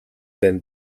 than